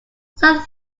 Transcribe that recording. some